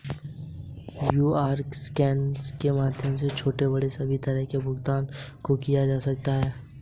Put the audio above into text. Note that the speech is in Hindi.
क्यूआर स्कैन के माध्यम से छोटे बड़े सभी तरह के भुगतान को किया जा सकता है